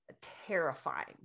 terrifying